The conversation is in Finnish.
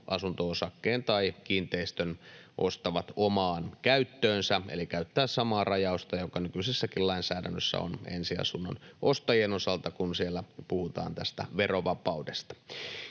asunto-osakkeen tai kiinteistön ostavat omaan käyttöönsä, eli käyttää samaa rajausta, joka nykyisessäkin lainsäädännössä on ensiasunnon ostajien osalta, kun siellä puhutaan tästä verovapaudesta.